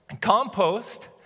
Compost